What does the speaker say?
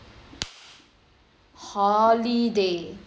holiday